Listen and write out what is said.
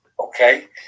Okay